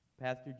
Pastor